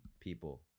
people